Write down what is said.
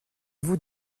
vous